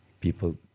people